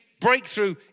breakthrough